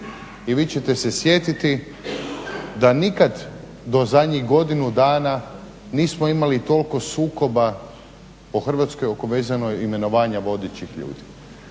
I vi ćete se sjetiti da nikad do zadnjih godinu dana nismo imali toliko sukoba o Hrvatskoj oko vezanoj imenovanja vodećih ljudi